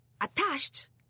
attached